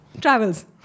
Travels